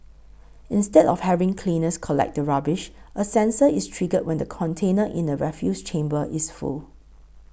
instead of having cleaners collect the rubbish a sensor is triggered when the container in the refuse chamber is full